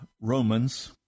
Romans